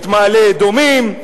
את מעלה-אדומים,